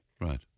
Right